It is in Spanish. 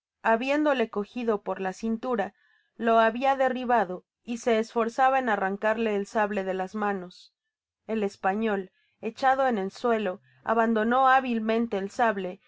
habiéndole cogido por la cintura lo habia derribado y se esforzaba en arrancarle el sable de las manos el español echado en el suelo abandonó hábilmente el sable